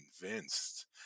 convinced